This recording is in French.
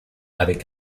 avec